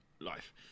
life